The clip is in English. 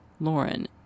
Lauren